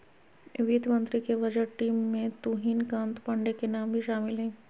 वित्त मंत्री के बजट टीम में तुहिन कांत पांडे के नाम भी शामिल हइ